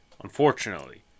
unfortunately